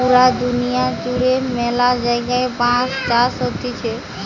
পুরা দুনিয়া জুড়ে ম্যালা জায়গায় বাঁশ চাষ হতিছে